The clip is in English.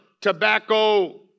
tobacco